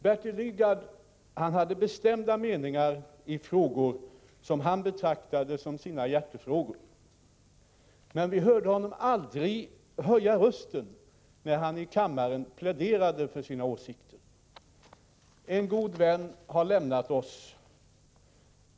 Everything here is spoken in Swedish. Bertil Lidgard hade bestämda meningar i de frågor han betraktade som sina hjärtefrågor. Men vi hörde honom aldrig höja rösten när han i kammaren pläderade för sina åsikter. En god vän har lämnat oss.